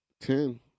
Ten